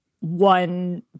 one